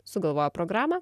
sugalvoja programą